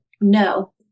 no